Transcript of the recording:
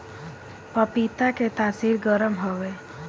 पपीता के तासीर गरम हवे